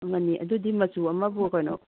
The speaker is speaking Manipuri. ꯑꯃꯅꯤ ꯑꯗꯨꯗꯤ ꯃꯆꯨ ꯑꯃꯕꯨ ꯀꯩꯅꯣ